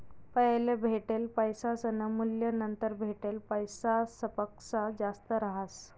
पैले भेटेल पैसासनं मूल्य नंतर भेटेल पैसासपक्सा जास्त रहास